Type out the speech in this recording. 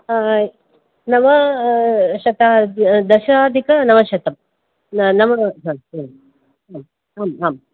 नवशत शताधि दशाधिकनवशतम् न नव आम् आम् आम्